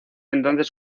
entonces